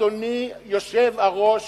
אדוני היושב-ראש,